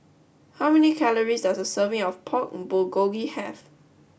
how many calories does a serving of Pork Bulgogi have